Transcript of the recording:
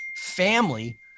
family